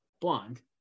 Blonde